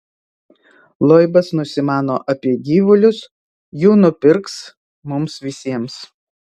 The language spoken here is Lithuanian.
loibas nusimano apie gyvulius jų nupirks mums visiems